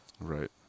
Right